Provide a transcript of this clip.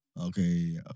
Okay